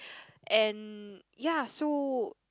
and ya so